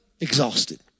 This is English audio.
exhausted